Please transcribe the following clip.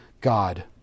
God